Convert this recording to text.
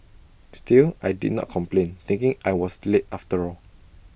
still I did not complain thinking I was late after all